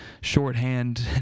shorthand